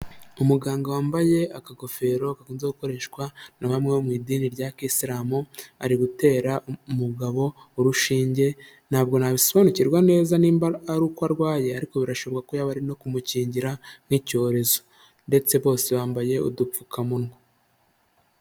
Umuganga wambaye akagofero gakunze gukoreshwa na bamwe bo mu idini rya isiramu, ari gutera umugabo urushinge ntabwo nabisobanukirwa neza niba ari uko arwaye ariko birashoboka ko yaba arino kumukingira nk'icyorezo, ndetse bose bambaye udupfukamunwa.